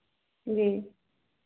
जी